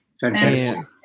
fantastic